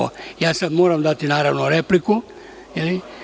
Ja sada moram dati, naravno, repliku, je li?